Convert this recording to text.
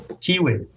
Kiwi